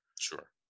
Sure